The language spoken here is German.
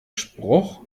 spruch